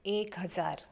एक हजार